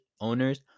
owners